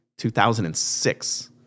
2006